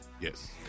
Yes